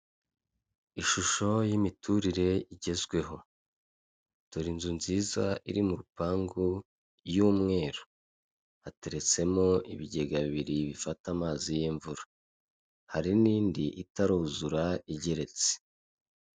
Ishusho y'imiturire igezweho. Dore inzu nziza iri mu rupangu y'umweru. Hateretsemo ibigega bibiri bifata amazi y'imvura. Hari n'indi itaruzura igeretse.